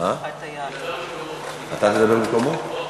אתה תדבר במקומו?